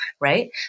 Right